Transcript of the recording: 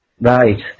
Right